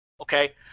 okay